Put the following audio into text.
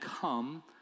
come